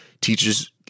teachers